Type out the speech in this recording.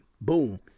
Boom